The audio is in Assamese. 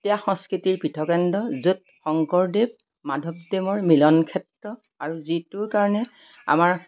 সত্ৰীয়া সংস্কৃতিৰ পৃথকেন্দ্ৰ য'ত শংকৰদেৱ মাধৱদেৱৰ মিলন ক্ষেত্ৰ আৰু যিটোৰ কাৰণে আমাৰ